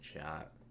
shot